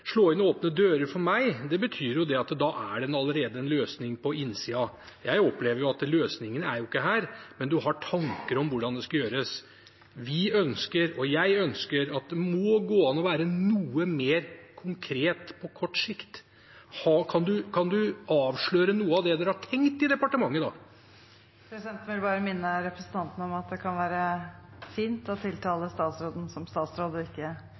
slå inn åpne dører, men å slå inn åpne dører betyr for meg at det allerede er en løsning på innsiden, og jeg opplever at løsningen ikke er her – har tanker om hvordan skal gjøres. Vi ønsker – og jeg ønsker – at det må gå an å være noe mer konkret på kort sikt. Kan du avsløre noe av det dere har tenkt i departementet da? Presidenten vil bare minne representanten om at det kan være fint å tiltale statsråden som statsråd og ikke